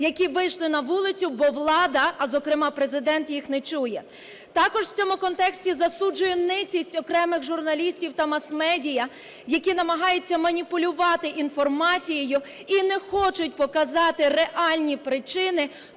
які вийшли на вулицю, бо влада, а зокрема Президент їх не чує. Також в цьому контексті засуджую ницість окремих журналістів та мас-медіа, які намагаються маніпулювати інформацією і не хочуть показати реальні причини